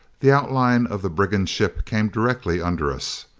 the outline of the brigand ship came directly under us.